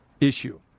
issue